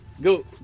Go